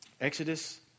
Exodus